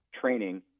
training